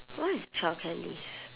what is childcare leave